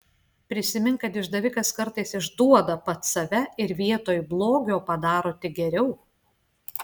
prisimink kad išdavikas kartais išduoda pats save ir vietoj blogio padaro tik geriau